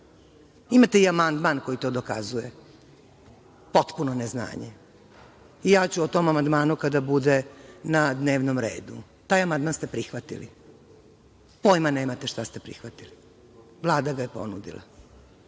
Imate i amandman koji to dokazuje, potpuno neznanje. Ja ću o tom amandmanu kada bude na dnevnom redu. Taj amandman ste prihvatili. Pojma nemate šta ste prihvatili. Vlada ga je ponudila.